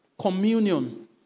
communion